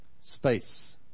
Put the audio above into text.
Space